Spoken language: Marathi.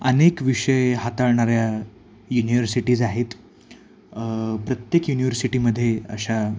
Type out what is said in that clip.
अनेक विषय हाताळणाऱ्या युनिव्हर्सिटीज आहेत प्रत्येक युनिव्हर्सिटीमध्ये अशा